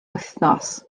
wythnos